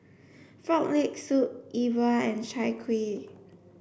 frog leg soup Yi Bua and Chai Kuih